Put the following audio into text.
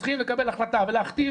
צריכים לקבל החלטה ולהכתיב.